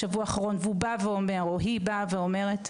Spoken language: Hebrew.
בשבוע האחרון והוא בא ואומר או היא באה ואומרת,